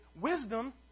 wisdom